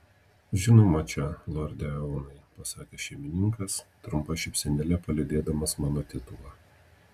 žinoma čia lorde eonai pasakė šeimininkas trumpa šypsenėle palydėdamas mano titulą